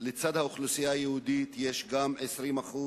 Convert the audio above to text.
לצד האוכלוסייה היהודית, יש גם 20%